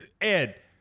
Ed